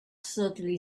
certainly